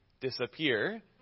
disappear